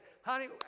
honey